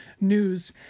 news